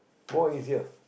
more easier